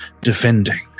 defending